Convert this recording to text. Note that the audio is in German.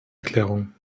erklärung